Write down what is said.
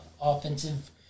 offensive